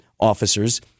officers